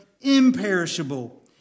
imperishable